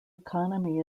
economy